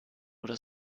oder